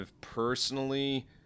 Personally